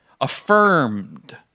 affirmed